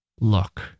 look